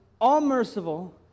all-merciful